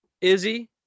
Izzy